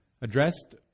addressed